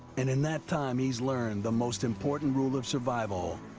and in that time, he's learned the most important rule of survival